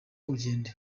ugende